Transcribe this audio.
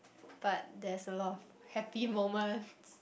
but there's a lot of happy moments